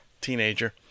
teenager